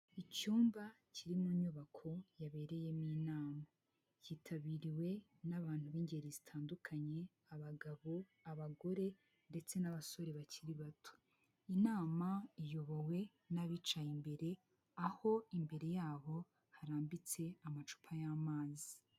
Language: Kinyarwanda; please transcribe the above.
Icyumba kiri mu nyubako yabereyemo inama yitabiriwe n'abantu b'ingeri zitandukanye abagabo, abagore ndetse n'abasore bakiri bato. Inama iyobowe n'abicaye imbere aho imbere yabo harambitse amacupa y'amazi.